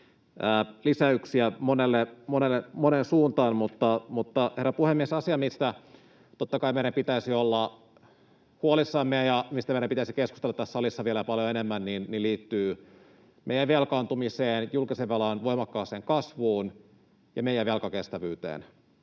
lisäyksiä moneen suuntaan. Mutta, herra puhemies, asia, mistä totta kai meidän pitäisi olla huolissamme ja mistä meidän pitäisi keskustella tässä salissa vielä paljon enemmän, liittyy meidän velkaantumiseemme, julkisen velan voimakkaaseen kasvuun ja meidän velkakestävyyteemme.